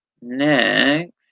next